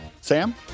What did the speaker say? Sam